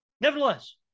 Nevertheless